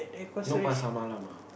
no Pasar Malam ah